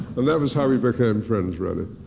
and that was how we became friends, really.